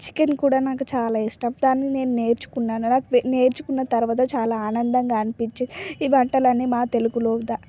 chicken కూడా నాకు చాలా ఇష్టం దాన్ని నేను నేర్చుకున్నాను నాకు నేర్చుకున్న తర్వాత చాలా ఆనందంగా అనిపించే ఈ వంటలన్నీ మా తెలుగులో